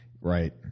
Right